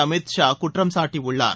அமித் ஷா குற்றம் சாட்டியுள்ளார்